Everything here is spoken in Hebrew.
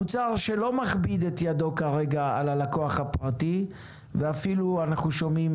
מוצר שלא מכביד את ידו כרגע על הלקוח הפרטי ואפילו אנחנו שומעים